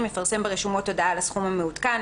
יפרסם ברשומות הודעה על הסכום המעודכן,